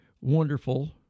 wonderful